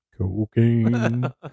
cocaine